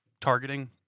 targeting